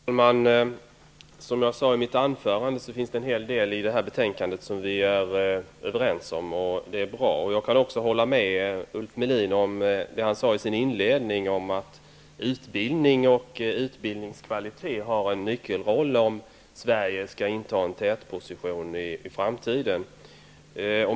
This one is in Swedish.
Herr talman! Som jag sade i mitt anförande finns det en hel del i det här betänkandet som vi är överens om och som är bra. Jag kan också hålla med Ulf Melin om det han sade i sin inledning om att utbildning och utbildningskvalitet har en nyckelroll om Sverige skall inta en tätposition i framtiden.